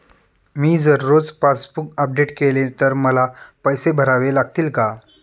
मी जर रोज passbook update केले तर मला पैसे भरावे लागतील का?